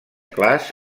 clars